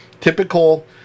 typical